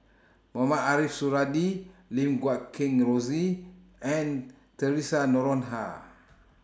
Mohamed Ariff Suradi Lim Guat Kheng Rosie and Theresa Noronha